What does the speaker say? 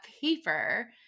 paper